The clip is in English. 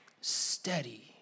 steady